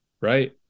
right